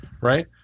right